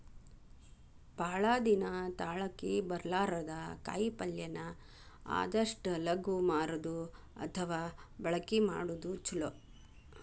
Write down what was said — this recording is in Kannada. ಭಾಳ ದಿನಾ ತಾಳಕಿ ಬರ್ಲಾರದ ಕಾಯಿಪಲ್ಲೆನ ಆದಷ್ಟ ಲಗು ಮಾರುದು ಅಥವಾ ಬಳಕಿ ಮಾಡುದು ಚುಲೊ